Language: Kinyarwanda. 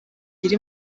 iri